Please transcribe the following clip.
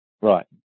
right